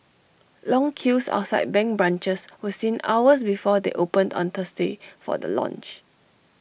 long queues outside bank branches were seen hours before they opened on Thursday for the launch